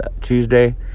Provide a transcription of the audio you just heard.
Tuesday